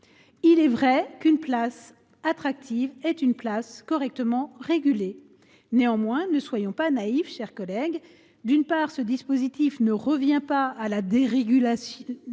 il est vrai qu’une place attractive est une place correctement régulée. Néanmoins, ne soyons pas naïfs, mes chers collègues. D’une part, ce dispositif n’a rien à voir avec la dérégulation